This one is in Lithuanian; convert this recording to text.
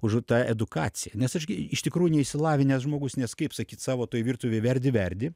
už tą edukaciją nes aš gi iš tikrųjų neišsilavinęs žmogus nes kaip sakyt savo toj virtuvėj verdi verdi